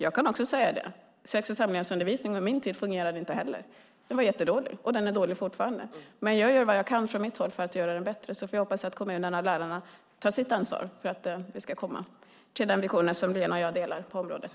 Jag kan nämna att sex och samlevnadsundervisningen inte fungerade under min skoltid heller. Den var jättedålig, och den är fortfarande dålig. Jag gör vad jag kan från min sida för att den ska bli bättre, och jag hoppas att kommunerna och lärarna tar sitt ansvar för att vi ska nå fram till den vision som Lena och jag delar på området.